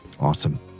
Awesome